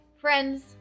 friends